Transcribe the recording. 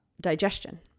digestion